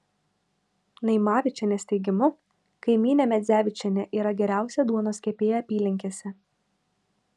naimavičienės teigimu kaimynė medzevičienė yra geriausia duonos kepėja apylinkėse